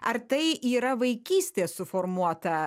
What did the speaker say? ar tai yra vaikystės suformuota